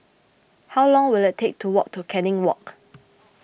how long will it take to walk to Canning Walk